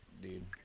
dude